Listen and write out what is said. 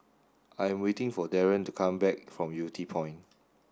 I'm waiting for Darin to come back from Yew Tee Point